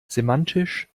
semantisch